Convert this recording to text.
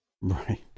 Right